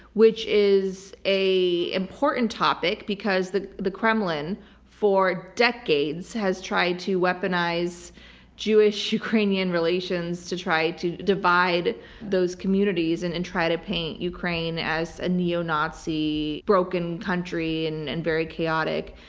which is an important topic because the the kremlin for decades has tried to weaponize jewish-ukrainian relations to try to divide those communities and and try to paint ukraine as a neo-nazi, broken country, and and very chaotic.